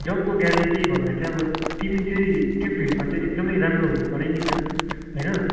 जबको ग्यारेन्टी भन्दा चाहिँ अब तिमी चाहिँ त्यो फिल्डमा चाहिँ एकदमै राम्रो हुनु पर्यो नि त होइन